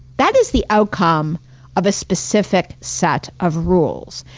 that is the outcome of a specific set of rules.